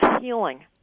healing